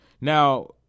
now